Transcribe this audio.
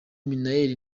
minaert